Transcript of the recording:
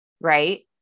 right